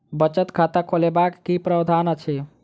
बचत खाता खोलेबाक की प्रावधान अछि?